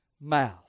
mouth